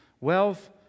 Wealth